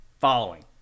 following